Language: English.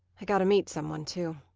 i got to meet someone, too.